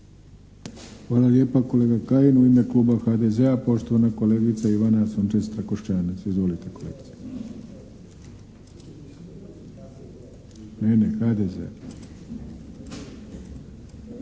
Hvala lijepa kolega Kajin. U ime Kluba HDZ-a poštovana kolegica Ivana Sučec-Trakoštanec. Izvolite kolegice.